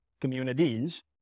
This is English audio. communities